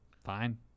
Fine